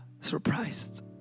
surprised